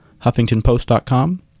HuffingtonPost.com